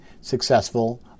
successful